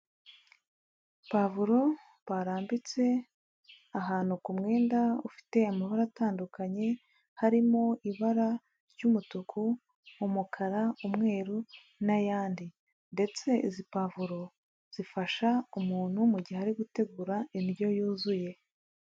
Pavuro barambitse ahantu ku mwenda ufite amabara atandukanye harimo ibara ry'umutuku umukara, umweru n'ayandi ndetse izi pavuro zifasha umuntu mu gihe ari gutegura indyo yuzuye.